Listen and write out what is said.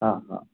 ஆ ஆ